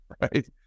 right